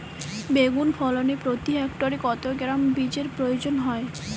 বেগুন ফলনে প্রতি হেক্টরে কত গ্রাম বীজের প্রয়োজন হয়?